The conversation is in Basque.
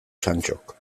santxok